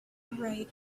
right